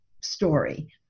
story